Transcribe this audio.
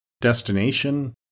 Destination